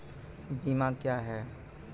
बीमा क्या हैं?